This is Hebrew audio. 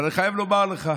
הערה טובה, ואני מודה לך עליה.